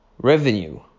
revenue